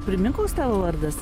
primink koks tavo vardas